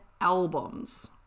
albums